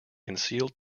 concealed